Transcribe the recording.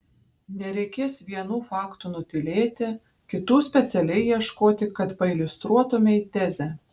nereikės vienų faktų nutylėti kitų specialiai ieškoti kad pailiustruotumei tezę